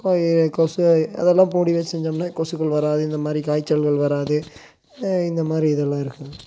கொசு அதெல்லாம் மூடி வச்சுருந்தோம்னா கொசுக்கள் வராது இந்தமாதிரி காய்ச்சல்கள் வராது இந்தமாதிரி இதெல்லாம் இருக்காது